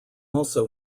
also